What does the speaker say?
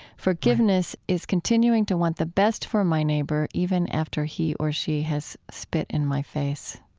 forgiveness is continuing to want the best for my neighbor even after he or she has spit in my face.